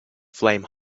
flame